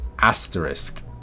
Asterisk